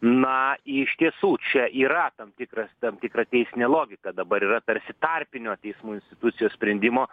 na iš tiesų čia yra tam tikras tam tikra teisinė logika dabar yra tarsi tarpinio teismų institucijos sprendimo